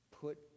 Put